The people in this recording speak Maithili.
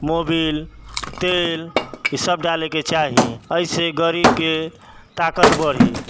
मोबिल तेल ईसब डालैके चाही अइसँ गाड़ीके ताकति बढ़ि